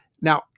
Now